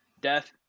death